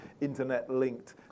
internet-linked